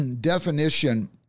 definition